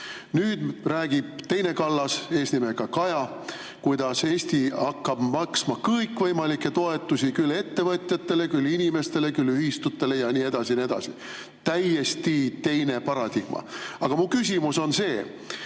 Nüüd räägib teine Kallas, eesnimega Kaja, kuidas Eesti hakkab maksma kõikvõimalikke toetusi, küll ettevõtjatele, küll inimestele, küll ühistutele ja nii edasi ja nii edasi. Täiesti teine paradigma. Aga mu küsimus on see.